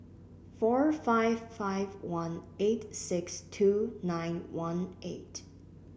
four five five one eight six two nine one eight